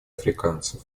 африканцев